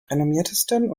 renommiertesten